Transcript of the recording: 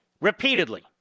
Repeatedly